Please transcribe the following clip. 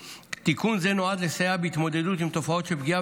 תיקון זה נועד לסייע בהתמודדות עם תופעות של פגיעה